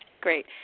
great